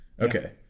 Okay